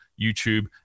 YouTube